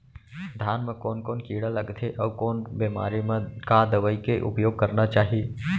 धान म कोन कोन कीड़ा लगथे अऊ कोन बेमारी म का दवई के उपयोग करना चाही?